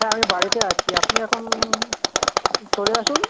হ্যাঁ আমি বাড়িতে আছি আপনি এখন চলে আসুন